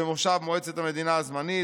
במושב מועצת המדינה הזמנית,